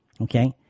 Okay